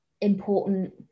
important